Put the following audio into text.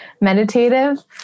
meditative